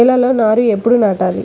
నేలలో నారు ఎప్పుడు నాటాలి?